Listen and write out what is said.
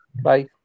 Bye